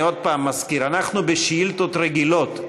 אני עוד פעם אזכיר: אנחנו בשאילתות רגילות.